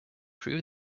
crew